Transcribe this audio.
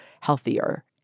healthier